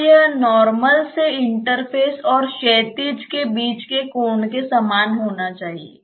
तो यह नॉर्मल से इंटरफ़ेस और क्षैतिज के बीच के कोण के समान होना चाहिए